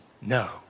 no